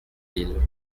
ville